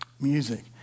Music